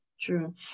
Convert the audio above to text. true